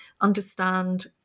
understand